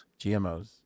gmos